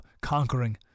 Conquering